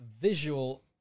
visual